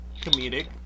Comedic